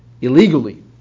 illegally